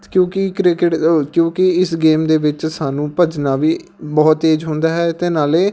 ਕਿਉਂਕਿ ਕ੍ਰਿਕਟ ਕਿਉਂਕਿ ਇਸ ਗੇਮ ਦੇ ਵਿੱਚ ਸਾਨੂੰ ਭੱਜਣਾ ਵੀ ਬਹੁਤ ਤੇਜ਼ ਹੁੰਦਾ ਹੈ ਅਤੇ ਨਾਲੇ